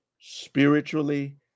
spiritually